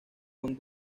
con